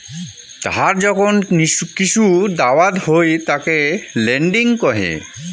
ধার যখন কিসু দাওয়াত হই তাকে লেন্ডিং কহে